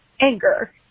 anger